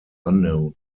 unknown